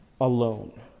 alone